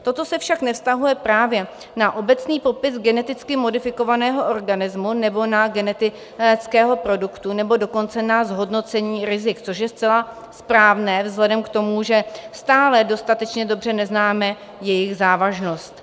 Toto se však nevztahuje právě na obecný popis geneticky modifikovaného organismu nebo genetického produktu, nebo dokonce na zhodnocení rizik, což je zcela správné vzhledem k tomu, že stále dostatečně dobře neznáme jejich závažnost.